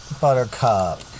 Buttercup